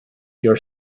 your